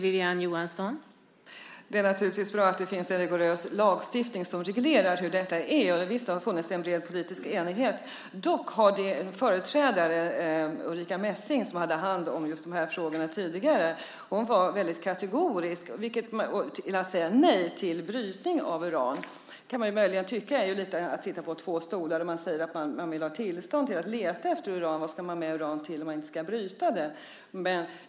Fru talman! Det är naturligtvis bra att det finns en rigorös lagstiftning som reglerar detta, och visst har det funnits en bred politisk enighet här. Dock var din företrädare, Ulrica Messing, som hade hand om just de här frågorna tidigare, väldigt kategorisk och sade nej till brytning av uran. Man kan möjligen tycka att det är lite av att sitta på två stolar om man säger att man vill ha tillstånd att leta efter uran. Vad ska man med uran till om man inte ska bryta det?